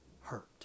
hurt